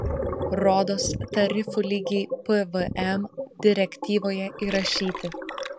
rodos tarifų lygiai pvm direktyvoje įrašyti